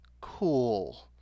cool